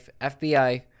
FBI